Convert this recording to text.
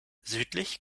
südlich